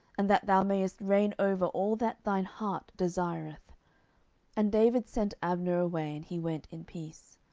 and that thou mayest reign over all that thine heart desireth. and david sent abner away and he went in peace.